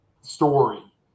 story